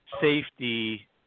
safety